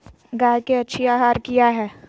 गाय के अच्छी आहार किया है?